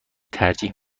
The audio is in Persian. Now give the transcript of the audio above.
ترجیح